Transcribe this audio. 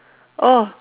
oh